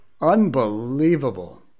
Unbelievable